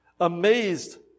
amazed